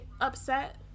upset